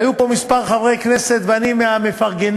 והיו פה כמה חברי כנסת, ואני מהמפרגנים,